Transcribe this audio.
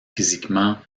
physiquement